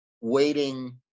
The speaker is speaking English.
waiting